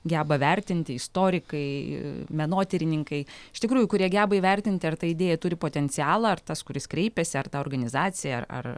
geba vertinti istorikai menotyrininkai iš tikrųjų kurie geba įvertinti ar ta idėja turi potencialą ar tas kuris kreipiasi ar tai organizacija ar ar